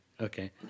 Okay